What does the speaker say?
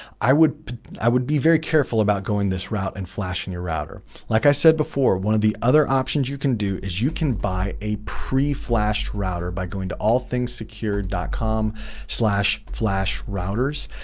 i would i would be very careful about going this route and flashing your router. like i said before, one of the other options you can do is you can buy a pre flashed router by going to allthingssecured ah com flashrouters.